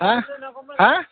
হা হা